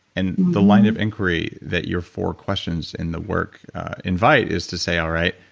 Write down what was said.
and the line of inquiry that your four questions in the work invite is to say all right,